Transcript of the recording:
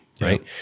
right